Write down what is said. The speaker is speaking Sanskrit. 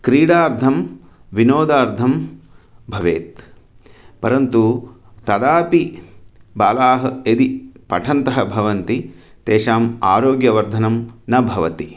क्रीडार्थं विनोदार्थं भवेत् परन्तु तदापि बालाः यदि पठन्तः भवन्ति तेषाम् आरोग्यवर्धनं न भवति